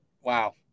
wow